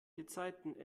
gezeiten